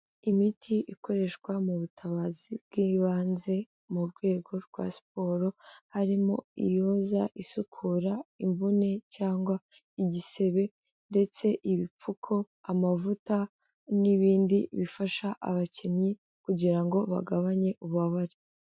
Imiti ikoreshwa mu butabazi bw'ibanze mu rwego rwa siporo, harimo iyoza isukura imvune cyangwa igisebe, ndetse ibipfuko, amavuta, n'ibindi bifasha abakinnyi kugira ngo bagabanye ububabare.